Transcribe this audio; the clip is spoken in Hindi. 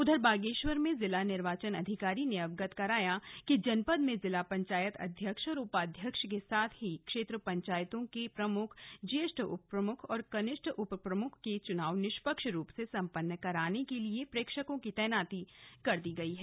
उधर बागेश्वर में जिला निर्वाचन अधिकारी ने अवगत कराया कि जनपद में जिला पंचायत अध्यक्ष और उपाध्यक्ष के साथ ही क्षेत्र पंचायतों के प्रमुख ज्येष्ठ प्रमुख और कनिष्ठ उप प्रमुख के चुनाव निष्पक्ष रूप से संपन्न कराने के लिए प्रेक्षकों की तैनाती कर दी गयी है